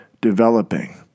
developing